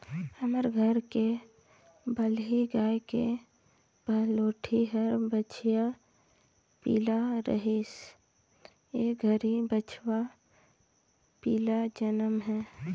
हमर घर के बलही गाय के पहलोठि हर बछिया पिला रहिस ए घरी बछवा पिला जनम हे